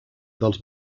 dels